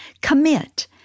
commit